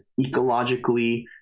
ecologically